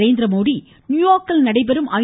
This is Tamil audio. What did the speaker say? நரேந்திரமோதி நியூயார்க்கில் நடைபெறும் ஐ